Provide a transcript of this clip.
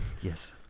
yes